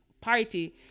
party